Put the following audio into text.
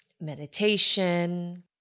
meditation